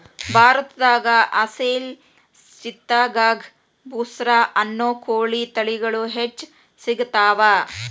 ಭಾರತದಾಗ ಅಸೇಲ್ ಚಿತ್ತಗಾಂಗ್ ಬುಸ್ರಾ ಅನ್ನೋ ಕೋಳಿ ತಳಿಗಳು ಹೆಚ್ಚ್ ಸಿಗತಾವ